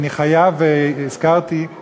אני חייב הכרת